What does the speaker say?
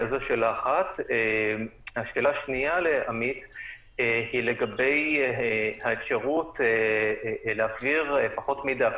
שאלה שנייה היא לגבי האפשרות להעביר פחות מידע,